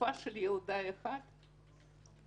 גופה של ילדה אחת בתל-כביר,